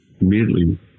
immediately